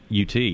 UT